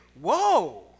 whoa